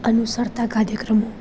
અનુસરતા કાર્યક્રમો